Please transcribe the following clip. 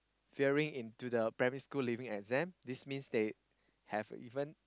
failing into the primary school leaving exam this means they have even